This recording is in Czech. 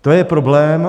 To je problém.